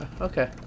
Okay